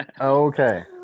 Okay